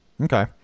Okay